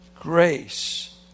Grace